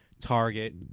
Target